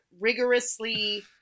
rigorously